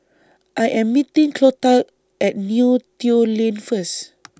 I Am meeting Clotilde At Neo Tiew Lane First